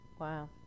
Wow